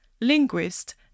linguist